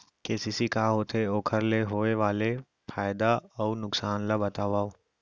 KCC का होथे, ओखर ले होय वाले फायदा अऊ नुकसान ला बतावव?